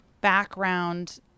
background